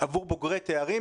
עבור בוגרי תארים,